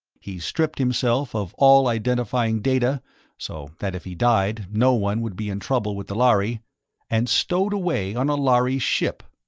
he stripped himself of all identifying data so that if he died, no one would be in trouble with the lhari and stowed away on a lhari ship.